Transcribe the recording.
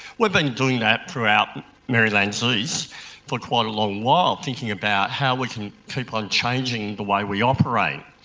we've been doing that throughout merrylands east for quite a long while thinking about how we can keep on changing the way we operate.